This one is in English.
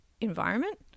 environment